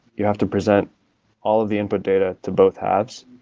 you have to present all of the input data to both halves,